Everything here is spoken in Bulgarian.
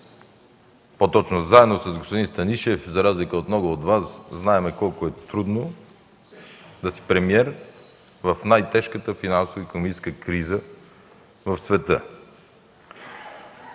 защото заедно с господин Станишев, за разлика от много от Вас, знаем колко е трудно да си премиер в най-тежката финансово-икономическа криза в света.